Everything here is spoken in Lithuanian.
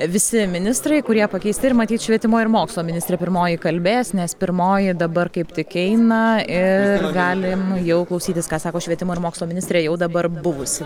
visi ministrai kurie pakeisti ir matyt švietimo ir mokslo ministrė pirmoji kalbės nes pirmoji dabar kaip tik eina ir galim jau klausytis ką sako švietimo ir mokslo ministrė jau dabar buvusi